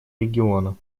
региона